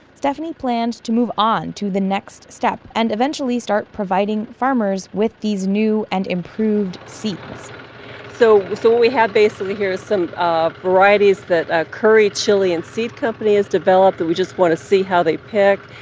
stephanie planned to move on to the next step, and eventually start providing farmers with these new and improved seeds so what we have, basically, here, is some ah varieties that ah curry chile and seed company has developed, that we just want to see how they pick.